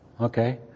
Okay